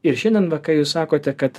ir šiandien va ką jūs sakote kad